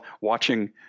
watching